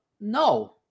no